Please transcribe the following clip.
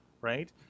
Right